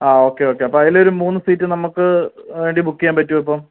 ആ okay okay അപ്പം അതിലൊരു മൂന്ന് സീറ്റ് നമുക്ക് വേണ്ടി ബുക്ക് ചെയ്യാൻ പറ്റുവോ ഇപ്പം